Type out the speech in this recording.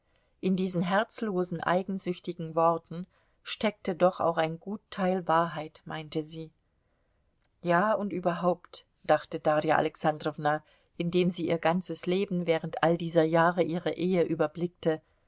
in diesen herzlosen eigensüchtigen worten steckte doch auch ein gut teil wahrheit meinte sie ja und überhaupt dachte darja alexandrowna indem sie ihr ganzes leben während all dieser jahre ihrer ehe überblickte